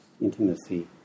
Intimacy